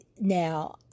now